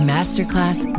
Masterclass